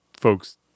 folks